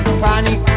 funny